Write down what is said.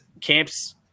camps